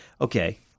okay